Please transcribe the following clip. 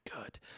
good